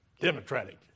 Democratic